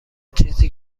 چیزی